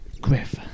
Griff